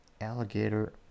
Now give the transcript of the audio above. Alligator